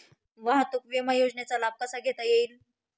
वाहतूक विमा योजनेचा लाभ कसा घेता येईल?